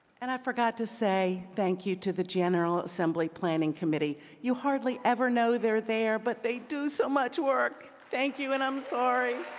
and i forgot to say thank you to the general assembly planning committee. you hardly ever know they're there, but they do so much work. thank you, and i'm sorry.